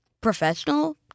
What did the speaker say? professional